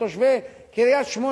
או תושבי קריית-שמונה,